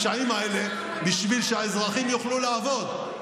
הנפשעים האלה, בשביל שהאזרחים יוכלו לעבוד.